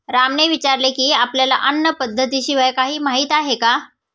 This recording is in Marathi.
रामने विचारले की, आपल्याला अन्न पद्धतीविषयी काही माहित आहे का?